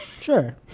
Sure